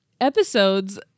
episodes